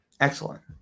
excellent